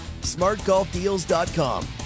SmartGolfDeals.com